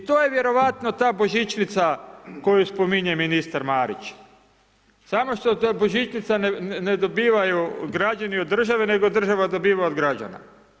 I to je vjerojatno ta božićnica koju spominje ministar Marić, samo što ta božićnica ne dobivanju građani od države, nego država dobiva od građana.